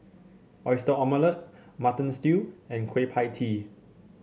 Oyster Omelette Mutton Stew and Kueh Pie Tee